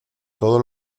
todo